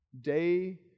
day